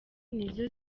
nizo